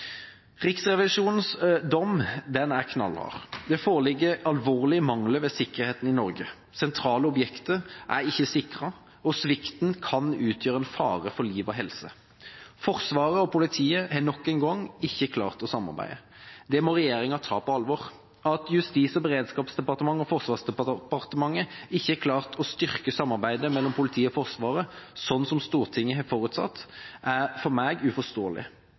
Riksrevisjonens dom er knallhard. Det foreligger alvorlige mangler ved sikkerheten i Norge. Sentrale objekter er ikke sikret, og svikten kan utgjøre en fare for liv og helse. Forsvaret og politiet har nok en gang ikke klart å samarbeide. Det må regjeringa ta på alvor. At Justis- og beredskapsdepartementet og Forsvarsdepartementet ikke har klart å styrke samarbeidet mellom politiet og Forsvaret, slik Stortinget har forutsatt, er for meg uforståelig.